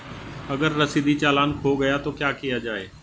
अगर रसीदी चालान खो गया तो क्या किया जाए?